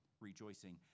rejoicing